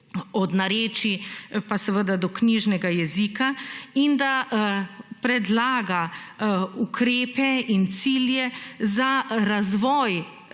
od narečij pa seveda do knjižnega jezika in da predlaga ukrepe in cilje za razvoj